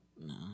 No